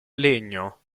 legno